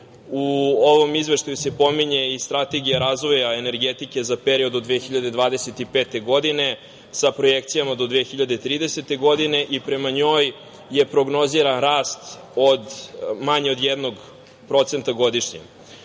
U ovom izveštaju se pominje i strategija razvoja energetike za period od 2020-2025. godine, sa projekcijama do 2030. godine i prema njoj je prognoziran rast manji od 1% godišnje. Pohvalio